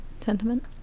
sentiment